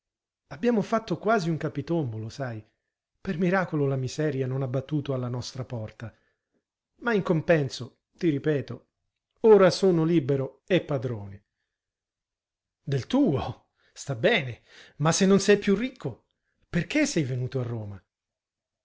abbiamo fatto quasi un capitombolo sai per miracolo la miseria non ha battuto alla nostra porta ma in compenso ti ripeto ora sono libero e padrone del tuo sta bene ma se non sei più ricco perché sei venuto a roma